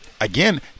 Again